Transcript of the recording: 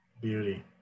Beauty